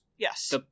Yes